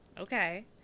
okay